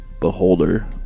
beholder